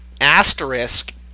asterisk